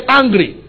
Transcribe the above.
angry